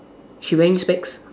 she wearing specs